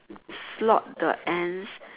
slot the ants